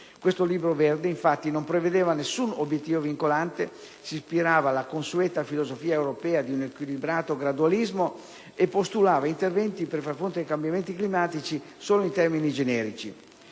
Questo Libro verde, infatti, non prevedeva nessun obiettivo vincolante, si ispirava alla consueta filosofia europea di un equilibrato gradualismo e postulava interventi per far fronte ai cambiamenti climatici solo in termini generici.